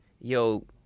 Yo